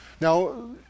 Now